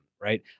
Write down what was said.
right